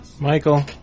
Michael